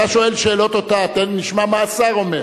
אתה שואל שאלות אותה, תן, נשמע מה השר אומר.